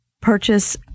purchase